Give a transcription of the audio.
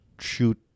shoot